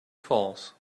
false